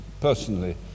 personally